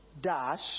dash